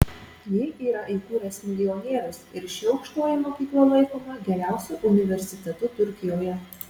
jį yra įkūręs milijonierius ir ši aukštoji mokykla laikoma geriausiu universitetu turkijoje